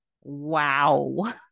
wow